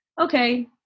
okay